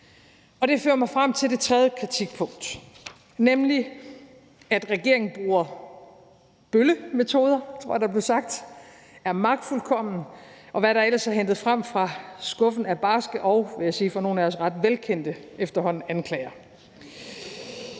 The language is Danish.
Det fører mig frem til det tredje kritikpunkt, nemlig at regeringen bruger bøllemetoder, tror jeg der blev sagt, er magtfuldkommen, og hvad der ellers er hentet frem fra skuffen af barske og, vil jeg sige, for nogle af os efterhånden ret velkendte anklager.